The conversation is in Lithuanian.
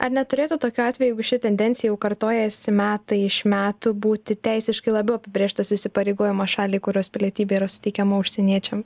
ar neturėtų tokiu atveju jeigu ši tendencija jau kartojasi metai iš metų būti teisiškai labiau apibrėžtas įsipareigojimas šaliai kurios pilietybė yra suteikiama užsieniečiam